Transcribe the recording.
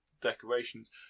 decorations